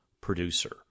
producer